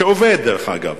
שעובד דרך אגב,